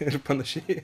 ir panašiai